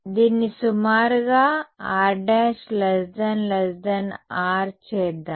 దీన్ని సుమారుగా r′ r చేద్దాం